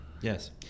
Yes